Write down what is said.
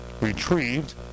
Retrieved